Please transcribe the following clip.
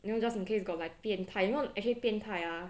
you know just in case got like 变态 actually 变态 ah